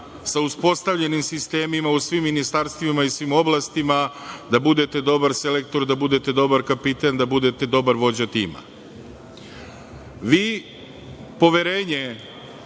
sa uspostavljenim sistemima u svim ministarstvima i svim oblastima da budete dobar selektor, da budete dobar kapiten, da budete dobar vođa tima. Vi poverenje